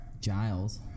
Giles